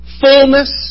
fullness